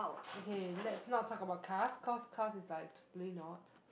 okay let's not talk about cars cause cars is like totally not